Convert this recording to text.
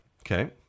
Okay